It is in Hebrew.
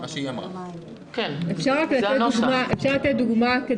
אפשר לתת דוגמה?